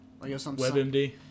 WebMD